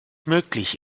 möglich